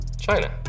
China